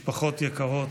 משפחות יקרות,